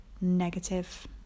negative